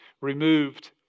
removed